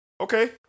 Okay